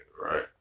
right